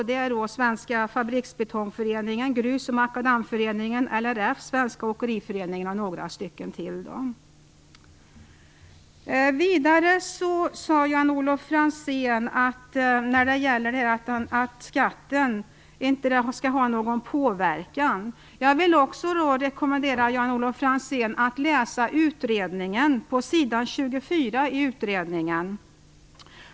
Det är alltså Svenska fabriksbetongföreningen, Grus och makadamföreningen, LRF, Svenska åkeriföreningen och några till. Vidare sade Jan-Olof Franzén att denna skatt inte hade någon påverkan. Jag rekommenderar då Jan Olof Franzén att läsa s. 24 i utredningen.